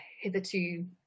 hitherto